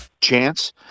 Chance